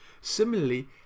Similarly